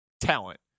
talent